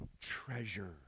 treasure